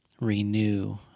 Renew